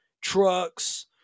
trucks